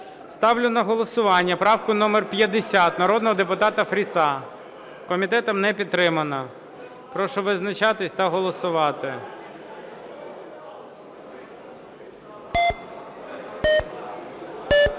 Ставлю на голосування правку номер 50 народного депутата Фріса. Комітетом не підтримана. Прошу визначатись та голосувати.